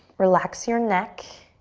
relax your neck.